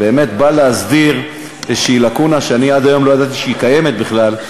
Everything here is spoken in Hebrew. באמת בא להסדיר איזו לקונה שאני עד היום לא ידעתי שהיא קיימת בכלל,